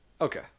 Okay